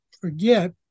forget